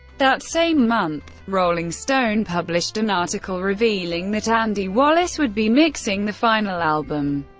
that same month, rolling stone published an article revealing that andy wallace would be mixing the final album.